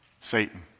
Satan